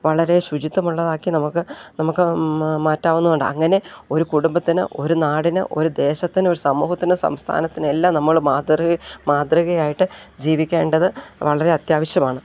വളരെ ശുചിത്വമുള്ളതാക്കി നമുക്ക് നമുക്ക് മാറ്റാവുന്നുമുണ്ട് അങ്ങനെ ഒരു കുടുംബത്തിന് ഒരു നാടിന് ഒരു ദേശത്തിന് ഒരു സമൂഹത്തിന് സംസ്ഥാനത്തിന് എല്ലാം നമ്മൾ മാതൃ മാതൃകയായിട്ട് ജീവിക്കേണ്ടത് വളരെ അത്യാവശ്യമാണ്